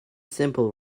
simple